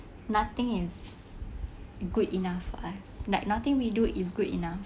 nothing is good enough for us like nothing we do is good enough